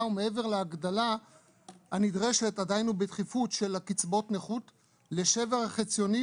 ומעבר להגדלה הנדרשת עדיין ובדחיפות של קצבאות נכות לשבר החציוני